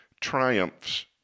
triumphs